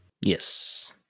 Yes